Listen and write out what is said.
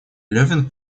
левин